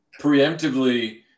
preemptively